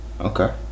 okay